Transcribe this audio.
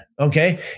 okay